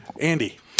Andy